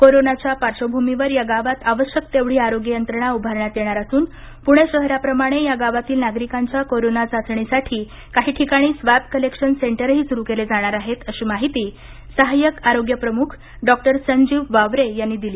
कोरोनाच्या पार्श्वभूमीवर या गावांत आवश्याक तेवढी आरोग्य यंत्रणा उभारण्यात येणार असून पुणे शहराप्रमाणे या गावांतील नागरिकांच्या कोरोना चाचणीसाठी काही ठिकाणी स्वॅब कलेक्शोन सेंटरही सुरू केले जाणार आहेत अशी माहिती सहाय्यक आरोग्य प्रमुख डॉक्टर संजीव वावरे यांनी दिली